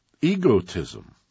egotism